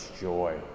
joy